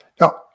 Now